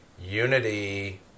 unity